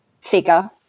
figure